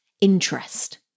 interest